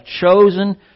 chosen